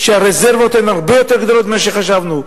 שהרזרבות הן הרבה יותר גדולות ממה שחשבנו.